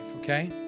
okay